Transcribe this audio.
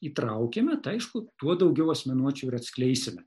įtraukiame tai aišku tuo daugiau asmenuočių ir atskleisime